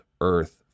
Earth